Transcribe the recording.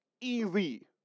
Easy